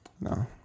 no